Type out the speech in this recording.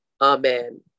Amen